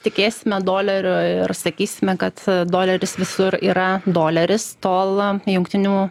tikėsime doleriu ir sakysime kad doleris visur yra doleris tol jungtinių